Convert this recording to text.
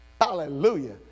Hallelujah